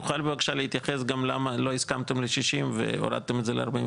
תוכל בבקשה להתייחס גם למה לא הסכמתם ל-60 והורדתם את זה ל-45.